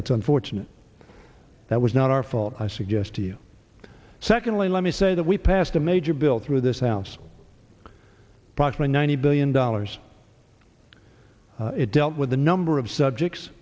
that's unfortunate that was not our fault i suggest to you secondly let me say that we passed a major bill through this sounds probably ninety billion dollars it dealt with a number of subjects